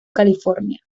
california